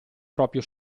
proprio